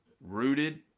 rooted